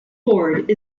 board